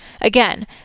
Again